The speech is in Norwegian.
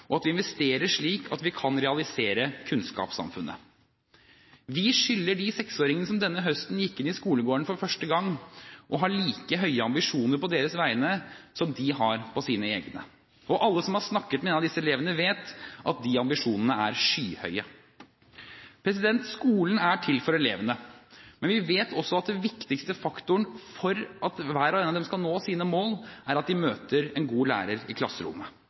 og at vi investerer slik at vi kan realisere kunnskapssamfunnet. Vi skylder de seksåringene som denne høsten gikk inn i skolegården for første gang, å ha like høye ambisjoner på deres vegne som de har på sine egne. Og alle som har snakket med en av disse elevene, vet at de ambisjonene er skyhøye. Skolen er til for elevene, men vi vet også at den viktigste faktoren for at hver og én av dem skal nå sine mål, er at de møter en god lærer i klasserommet.